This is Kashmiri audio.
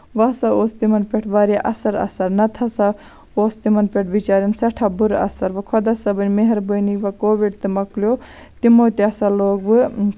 وۄنۍ ہسا اوس تِمن پٮ۪ٹھ واریاہ اَثر آسان نہ تہٕ ہسا اوس تِمن پٮ۪ٹھ بِچارٮ۪ن سٮ۪ٹھاہ بُرٕ اَثر وۄنۍ خۄدا صٲبٕنۍ مہربٲنۍ وۄنۍ کووِڈ تہِ مۄکلیو تِمو تہِ ہسا لوگ وۄنۍ